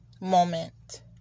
moment